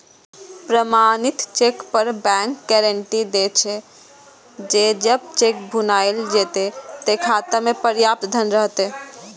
प्रमाणित चेक पर bank guarantee दै छे, जे जब चेक भुनाएल जेतै, ते खाता मे पर्याप्त धन रहतै